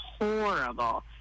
horrible